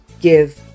give